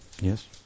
Yes